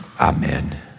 Amen